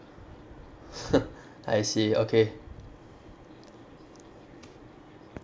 I see okay